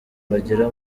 bagera